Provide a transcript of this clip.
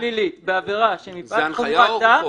החלה חקירה פלילית בעבירה שמפאת חומרת --- זה הנחיה או חוק?